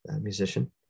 musician